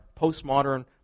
postmodern